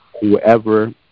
whoever